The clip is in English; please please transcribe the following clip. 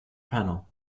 panel